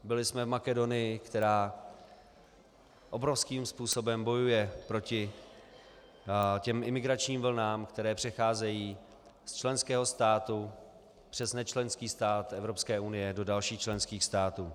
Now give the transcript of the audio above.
Byli jsme v Makedonii, která obrovským způsobem bojuje proti těm imigračním vlnám, které přecházejí z členského státu přes nečlenský stát Evropské unie do dalších členských států.